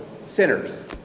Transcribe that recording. sinners